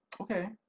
Okay